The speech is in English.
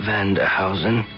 Vanderhausen